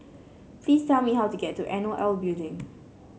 please tell me how to get to N O L Building